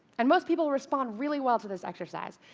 and most people respond really well to this exercise.